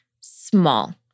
small